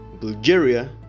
Bulgaria